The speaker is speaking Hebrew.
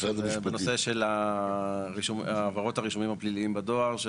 בנושא של העברות הרישומים הפליליים בדואר.